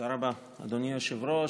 תודה רבה, אדוני היושב-ראש.